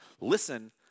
Listen